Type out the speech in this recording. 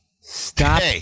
Stop